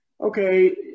Okay